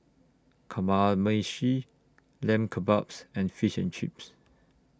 Kamameshi Lamb Kebabs and Fish and Chips